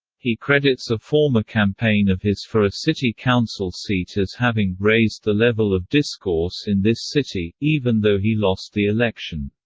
he credits a former campaign of his for a city council seat as having raised the level of discourse in this city, even though he lost the election.